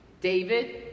David